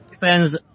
fans